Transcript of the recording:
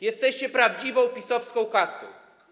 Jesteście prawdziwą PiS-owską kastą.